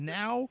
now